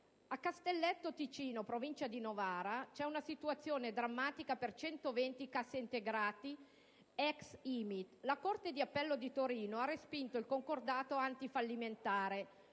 A Castelletto Ticino, in Provincia di Novara, è in corso una situazione drammatica per 120 cassa integrati dipendenti dell'ex Imit. La corte d'appello di Torino ha respinto il concordato antifallimentare,